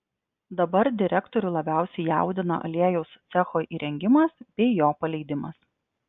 dabar direktorių labiausiai jaudina aliejaus cecho įrengimas bei jo paleidimas